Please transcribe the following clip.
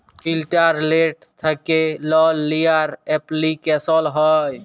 ইলটারলেট্ থ্যাকে লল লিয়ার এপলিকেশল হ্যয়